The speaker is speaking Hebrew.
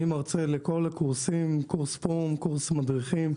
אני מרצה בכל הקורסים, קורס פו"מ קורס מדריכים.